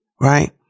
Right